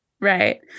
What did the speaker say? Right